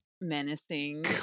menacing